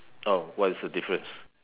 oh what is the difference